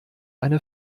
eine